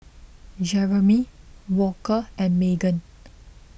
Jeremy Walker and Maegan